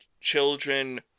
children